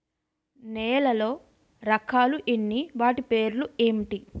నేలలో రకాలు ఎన్ని వాటి పేర్లు ఏంటి?